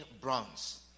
bronze